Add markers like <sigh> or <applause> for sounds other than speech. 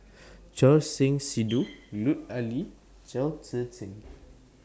<noise> Choor Singh Sidhu <noise> Lut Ali and Chao Tzee Cheng